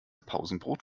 pausenbrot